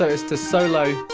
so is to solo